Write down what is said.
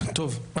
טוב,